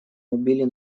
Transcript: убили